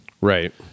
Right